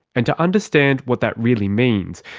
and to understand what that really means,